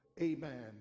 amen